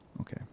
Okay